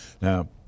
Now